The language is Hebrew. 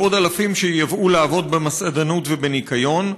לעוד אלפים שייבאו לעבוד במסעדנות ובניקיון.